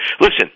Listen